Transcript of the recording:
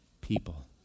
people